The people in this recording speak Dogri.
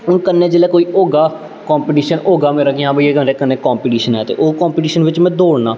हून कन्नै जिल्लै कोई होगा कंपीटीशन होगा मेरा कि हां भाई एह्दे कन्नै कंपीटीशन ऐ ते ओह् कंपीटीशन बिच्च में दौड़नां